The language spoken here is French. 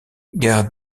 gare